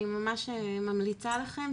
אני ממש ממליצה לכם,